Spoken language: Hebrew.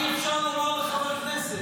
תוציאו אותו החוצה.